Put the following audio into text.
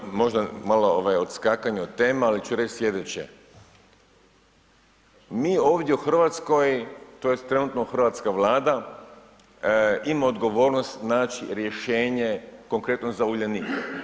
Ovo je možda malo odskakanje od tema, ali ću reći sljedeće, mi ovdje u Hrvatskoj, tj. trenutno hrvatska Vlada ima odgovornost naći rješenje, konkretno za Uljanik.